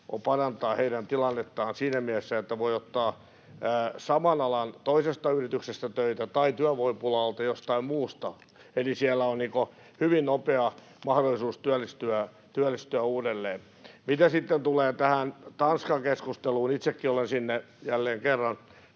parantaa heidän tilannettaan siinä mielessä, että voi ottaa saman alan toisesta yrityksestä töitä tai työvoimapula-alalta jostain muusta. Eli siellä on hyvin nopea mahdollisuus työllistyä uudelleen. Mitä sitten tulee tähän Tanska-keskusteluun — itsekin olen sinne jälleen kerran